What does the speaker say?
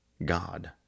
God